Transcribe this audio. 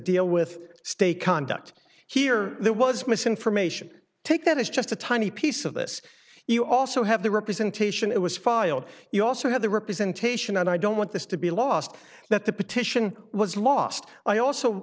deal with state conduct here that was misinformation take that is just a tiny piece of this you also have the representation it was filed you also had the representation and i don't want this to be lost that the petition was lost i also